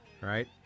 right